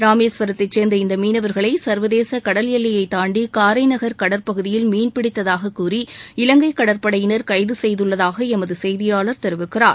ராமேஸ்வரத்தை சேர்ந்த இந்த மீனவர்களை சள்வதேச கடல் எல்லையை தாண்டி காரை நகர் கடற்பகுதியில் மீன்பிடித்தாகக் கூறி இலங்கை கடற்படையினா் கைது செய்துள்ளதாக எமது செய்தியாளா் தெரிவிக்கிறார்